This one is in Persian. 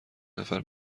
نفر